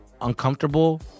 uncomfortable